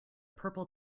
purple